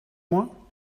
moi